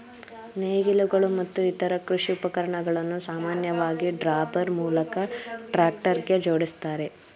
ನೇಗಿಲುಗಳು ಮತ್ತು ಇತರ ಕೃಷಿ ಉಪಕರಣಗಳನ್ನು ಸಾಮಾನ್ಯವಾಗಿ ಡ್ರಾಬಾರ್ ಮೂಲಕ ಟ್ರಾಕ್ಟರ್ಗೆ ಜೋಡಿಸ್ತಾರೆ